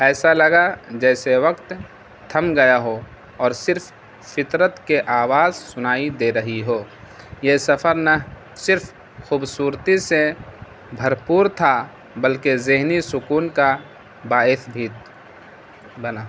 ایسا لگا جیسے وقت تھم گیا ہو اور صرف فطرت کے آواز سنائی دے رہی ہو یہ سفر نہ صرف خوبصورتی سے بھرپور تھا بلکہ ذہنی سکون کا باعث بھی بنا